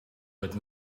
but